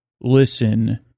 Listen